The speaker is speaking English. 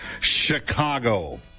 Chicago